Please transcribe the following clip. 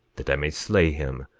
that i may slay him,